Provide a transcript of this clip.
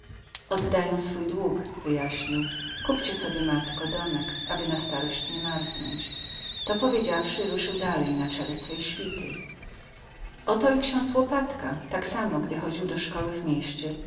oddaję swój dług wyjaśnił kupcie sobie matko domek aby na starość nie marznąć to powiedziawszy ruszył dalej na czele swej świty oto i ksiądz łopatka tak samo gdy chodził do szkoły w mieście